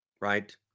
Right